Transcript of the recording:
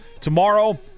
Tomorrow